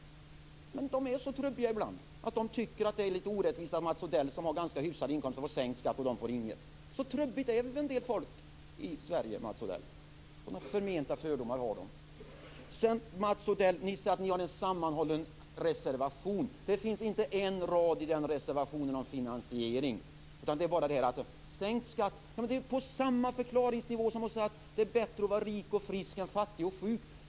Men de är så trubbiga ibland att de tycker att det är lite orättvist att Mats Odell som har ganska hyfsad inkomst får sänkt skatt och de får inget. Så trubbiga är en del människor i Sverige, Mats Odell! Sådana förmenta fördomar har de. Ni sade att ni har en sammanhållen reservation, Mats Odell. Det finns inte en rad i den reservationen om finansiering, utan det handlar bara om sänkt skatt. Det är på samma förklaringsnivå som att säga: Det är bättre att vara rik och frisk än fattig och sjuk.